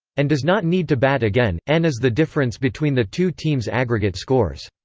and does not need to bat again n is the difference between the two teams' aggregate scores.